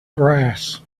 grass